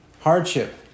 Hardship